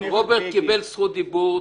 בני, בני, רוברט קיבל זכות דיבור.